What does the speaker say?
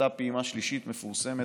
אותה פעימה שלישית מפורסמת,